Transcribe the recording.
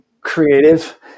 creative